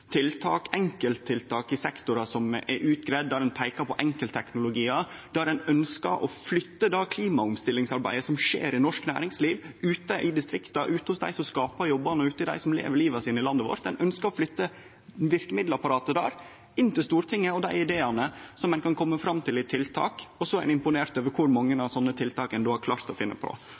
tiltak som gjev dobbel verkemiddelbruk, enkelttiltak i sektorar som er utgreidde, ein peikar på enkeltteknologiar. Ein ønskjer å flytte det klimaomstillingsarbeidet som skjer i norsk næringsliv, ute i distrikta, ute hos dei som skapar jobbane, og ute hos dei som lever liva sine i landet vårt – det verkemiddelapparatet – inn til Stortinget i form av dei ideane og tiltaka som ein kan kome fram til, og så er ein imponert over kor mange slike tiltak ein har klart å finne på.